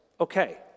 Okay